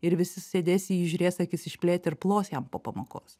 ir visi sėdės į jį žiūrės akis išplėtę ir plos jam po pamokos